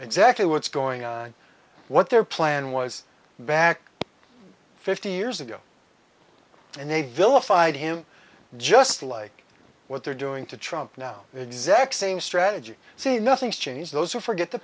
exactly what's going on what their plan was back fifty years ago and they vilified him just like what they're doing to trump now exact same strategy so nothing's changed those who forget the